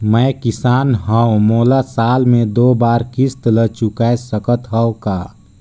मैं किसान हव मोला साल मे दो बार किस्त ल चुकाय सकत हव का?